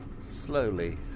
slowly